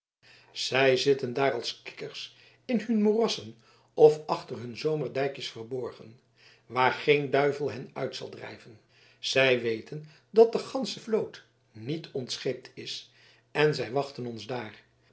zij zitten daar als kikkers in hun moerassen of achter hun zomerdijkjes verborgen waar geen duivel hen uit zal drijven zij weten dat de gansche vloot niet ontscheept is en zij wachten ons daar